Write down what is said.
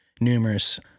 numerous